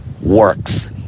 works